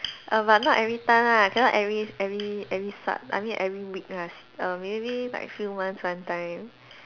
but not everytime ah cannot every every every sat~ I mean every week lah s~ err maybe like few months one time